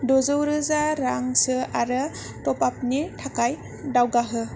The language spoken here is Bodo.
द'जौ रोजा रां सो आरो ट'पआपनि थाखाय दावगाहो